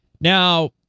Now